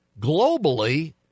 globally